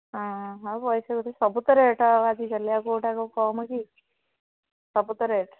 ହଁ ହଉ ପଇସା ସବୁ ତ ରେଟ ଆଜିକାଲି ଆଉ କେଉଁଟା କେଉଁ କମ୍ କି ସବୁ ତ ରେଟ